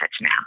now